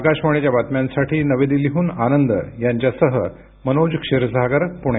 आकाशवाणीच्या बातम्यांसाठी नवी दिल्लीहून आनंद यांच्यासह मनोज क्षीरसागर पुणे